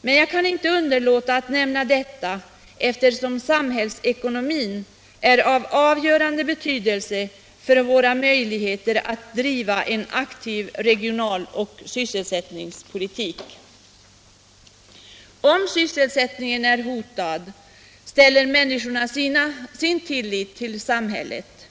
men jag kan inte underlåta att nämna detta eftersom samhällsekonomin är av avgörande betydelse för våra möjligheter att driva en aktiv regional och sysselsättningspolitik. Om sysselsättningen är hotad sätter människorna sin tillit till samhället.